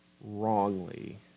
wrongly